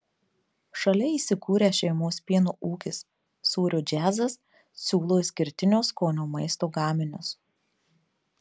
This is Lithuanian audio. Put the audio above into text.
šalia įsikūrę šeimos pieno ūkis sūrio džiazas siūlo išskirtinio skonio maisto gaminius